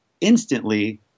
instantly